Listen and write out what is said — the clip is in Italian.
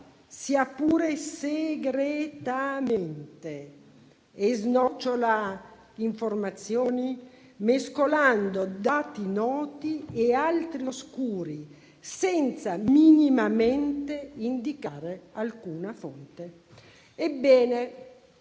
sia pure segretamente, e snocciola informazioni, mescolando dati noti e altri oscuri, senza minimamente indicare alcuna fonte.